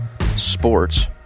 sports